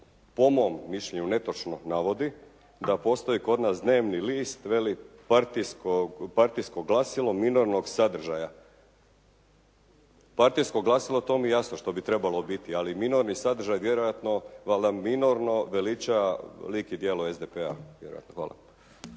po mom mišljenju netočno navodi da postoji kod nas dnevni list, veli partijsko glasilo minornog sadržaja. Partijsko glasilo, to mi je jasno što bi trebalo biti, ali minorni sadržaj vjerojatno valjda minorno veliča lik i djelo SDP-a